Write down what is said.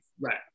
right